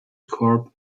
corp